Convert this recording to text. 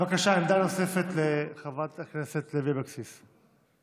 בבקשה, עמדה נוספת לחברת לכנסת לוי אבקסיס.